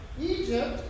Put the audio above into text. Egypt